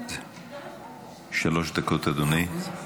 שלוש דקות, אדוני.